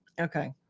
okay